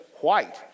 white